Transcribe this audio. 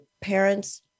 parents